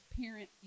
parent